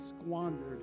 squandered